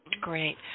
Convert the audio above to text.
Great